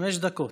חמש דקות.